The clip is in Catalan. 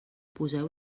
poseu